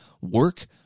work